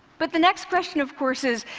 but the next question, of course, is,